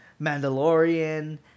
Mandalorian